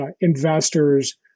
investors